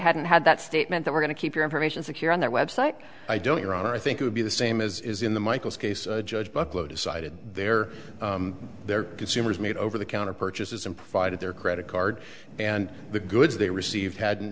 hadn't had that statement they were going to keep your information secure on their website i don't your honor i think it would be the same as is in the michael's case judge buffalo decided their their consumers made over the counter purchases and provided their credit card and the goods they received hadn't